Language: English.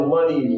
Money